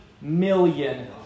million